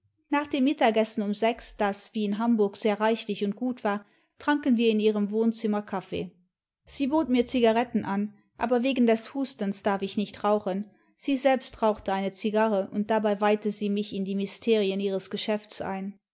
nach dem mittagessen um sechs das wie in hamburg sehr reichlich imd gut war tranken wir in ihrem wohnzimmer kaffee sie bot mir zigaretten an aber wegen des hustens darf ich nicht rauchen sie selbst rauchte eine zigarre und dabei weihte sie mich in die mysterien ihres geschäfts ein